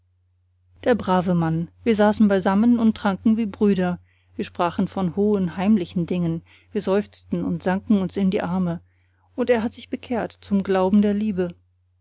der brave mann wir saßen beisammen und tranken wie brüder wir sprachen von hohen heimlichen dingen wir seufzten und sanken uns in die arme und er hat sich bekehrt zum glauben der liebe